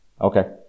Okay